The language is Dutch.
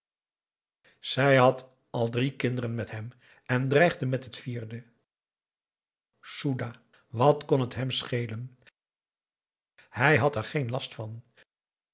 zij had al drie kinderen met hem en dreigde met het vierde aum boe akar eel oedah wat kon t hem schelen hij had er geen last van